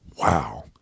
Wow